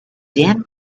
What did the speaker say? din